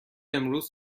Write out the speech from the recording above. امروز